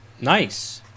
Nice